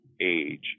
Age